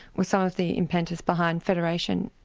was some of the impetus behind federation,